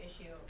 issue